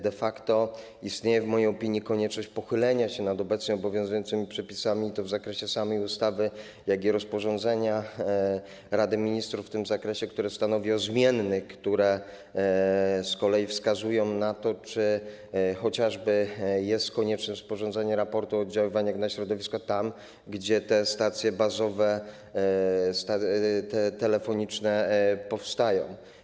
De facto istnieje w mojej opinii konieczność pochylenia się nad obecnie obowiązującymi przepisami, i to zarówno w samej ustawie, jak i w rozporządzeniu Rady Ministrów w tym zakresie, które stanowi o zmiennych, które z kolei wskazują na to, czy chociażby jest konieczne sporządzenie raportu o oddziaływaniu na środowisko tam, gdzie te stacje bazowe, telefoniczne powstają.